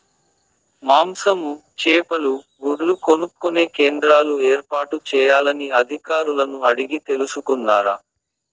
మాంసము, చేపలు, గుడ్లు కొనుక్కొనే కేంద్రాలు ఏర్పాటు చేయాలని అధికారులను అడిగి తెలుసుకున్నారా?